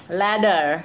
ladder